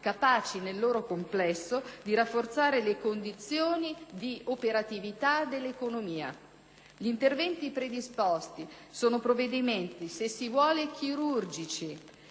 capaci nel loro complesso di rafforzare le condizioni di operatività dell'economia. Gli interventi predisposti sono provvedimenti - se si vuole - chirurgici,